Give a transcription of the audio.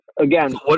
again